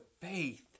faith